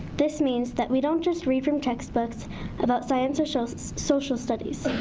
this means that we don't just read from textbooks about science or so so social studies.